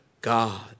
God